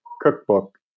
cookbook